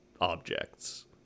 objects